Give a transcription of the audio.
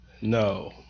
No